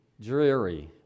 dreary